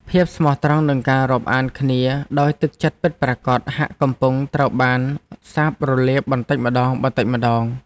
ភាពស្មោះត្រង់និងការរាប់អានគ្នាដោយទឹកចិត្តពិតប្រាកដហាក់កំពុងតែត្រូវបានសាបរលាបបន្តិចម្តងៗ។